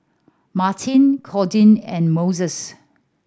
Martine Cordia and Moses